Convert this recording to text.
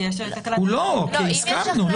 לא, הסכמנו.